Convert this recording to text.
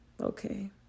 okay